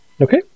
Okay